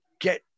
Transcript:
get